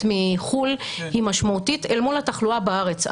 מחו"ל היא משמעותית אל מול התחלואה בארץ.